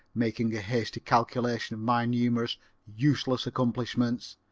making a hasty calculation of my numerous useless accomplishments,